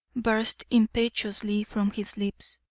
burst impetuously from his lips.